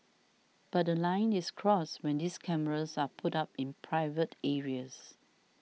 but a line is crossed when these cameras are put up in private areas